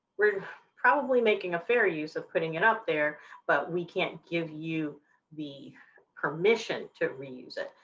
we're probably making a fair use of putting it up there but we can't give you the permission to reuse it,